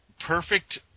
perfect